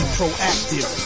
proactive